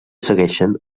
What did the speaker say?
segueixen